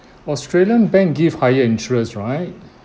australian bank give higher interest right